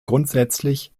grundsätzlich